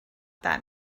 that